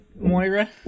Moira